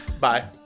Bye